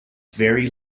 very